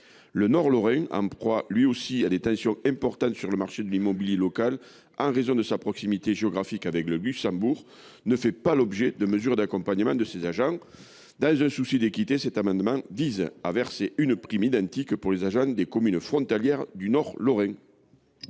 Le nord lorrain, en proie, lui aussi, à des tensions importantes sur le marché de l’immobilier local, en raison de sa proximité géographique avec le Luxembourg, ne fait pas l’objet de mesures d’accompagnement de ses agents. Dans un souci d’équité, cet amendement vise au versement d’une prime identique pour les agents des communes frontalières du Nord lorrain.